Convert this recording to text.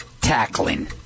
Tackling